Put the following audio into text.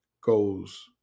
goes